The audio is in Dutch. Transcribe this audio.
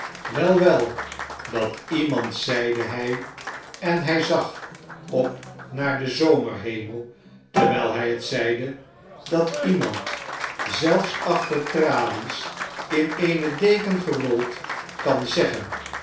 wel wel datiemand zeide hy en hi zag op naar den zomerhemel terwyl hij het zeide dat iemand zelfsachter tralies in eene deken gerold kan zeggen